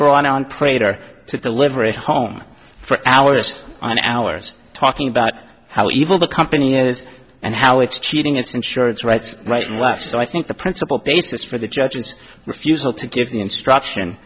brought on prater to deliver a home for hours and hours talking about how evil the company is and how it's cheating its insurance rights right and left so i think the principle basis for the judge's refusal to give the instruction